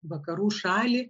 vakarų šalį